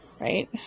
Right